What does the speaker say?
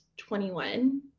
21